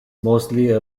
mostly